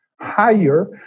higher